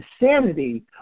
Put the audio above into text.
insanity